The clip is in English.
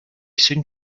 soon